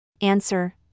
Answer